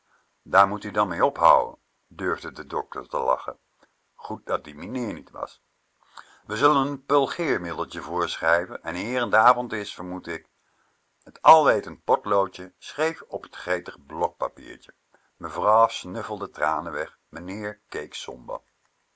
daar moet u dan mee ophouden durfde de dokter te lachen goed dat-ie meneer niet was we zullen n purgeermiddeltje voorschrijven en eer t avond is vermoed ik t alwetend potloodje schreef op t gretig blokpapiertje mevrouw snuffelde tranen weg meneer